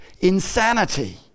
insanity